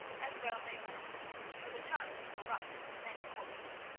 as well they might for the times were rough and coarse.